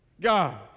God